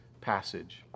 passage